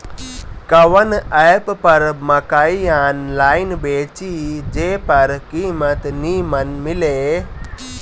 कवन एप पर मकई आनलाइन बेची जे पर कीमत नीमन मिले?